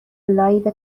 لایو